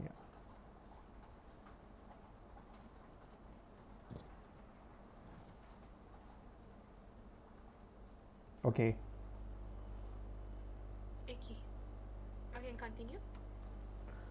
ya okay